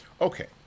okay